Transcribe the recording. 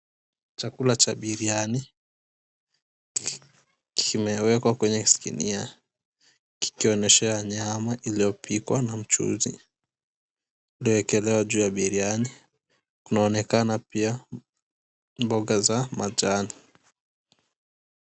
Chakula cha biriani, kimewekwa kwenye sinia, kikionyeshea nyama iliyopikwa na mchuzi, iliyoekelewa juu ya biriani. Kunaonekana pia, mboga za majani.